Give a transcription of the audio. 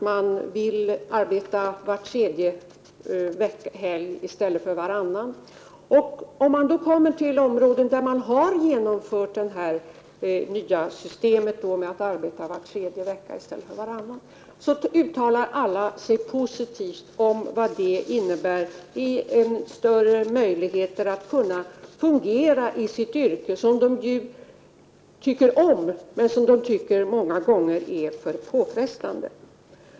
Man vill arbeta var tredje veckohelg i stället för varannan. I områden där systemet att arbeta var tredje veckohelg i stället för varannan har genomförts uttalar alla sig positivt om vad det innebär av större möjligheter att fungera i sitt yrke, som de ju tycker om, men som de många gånger tycker är för påfrestande.